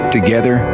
Together